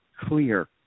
clear